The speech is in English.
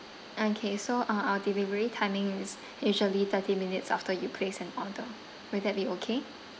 okay so uh our delivery timing is usually thirty minutes after you place an order will that be okay